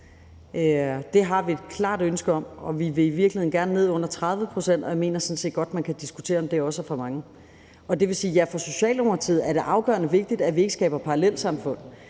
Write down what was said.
Det har vi et klart ønske om, og vi vil i virkeligheden gerne under 30 pct., og jeg mener sådan set godt, man kan diskutere, om det også er for mange. For Socialdemokratiet er det afgørende vigtigt, at vi ikke skaber parallelsamfund.